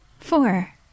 Four